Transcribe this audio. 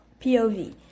POV